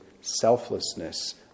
selflessness